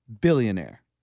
Billionaire